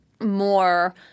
more